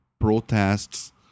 protests